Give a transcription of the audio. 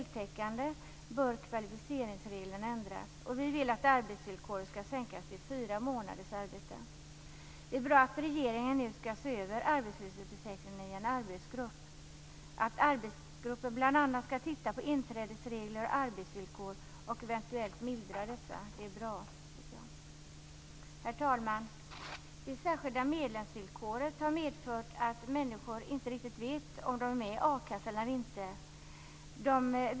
Det är bra att regeringen nu skall se över arbetslöshetsförsäkringen i en arbetsgrupp. Att arbetsgruppen bl.a. skall titta på inträdesregler och arbetsvillkor och eventuellt mildra dessa är bra. Herr talman! Det särskilda medlemsvillkoret har medfört att människor inte riktigt vet om de är med i a-kassan eller inte.